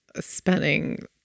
spending